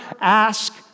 ask